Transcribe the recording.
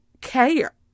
care